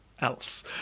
else